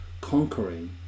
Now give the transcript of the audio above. conquering